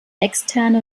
externe